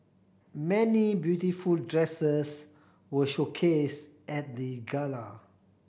many beautiful dresses were showcased at the gala